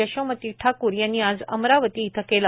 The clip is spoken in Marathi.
यशोमती ठाक्र यांनी आज अमरावती येथे केले